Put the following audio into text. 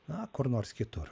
na kur nors kitur